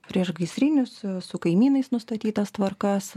priešgaisrinius su kaimynais nustatytas tvarkas